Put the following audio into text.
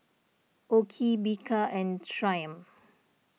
O Ki Bika and Triumph